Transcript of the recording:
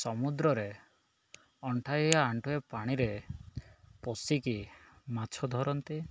ସମୁଦ୍ରରେ ଅଣ୍ଠାଇ ଆଣ୍ଠୁଏ ପାଣିରେ ପଶିକି ମାଛ ଧରନ୍ତି